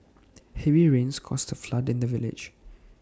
heavy rains caused A flood in the village